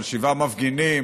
של שבעה מפגינים,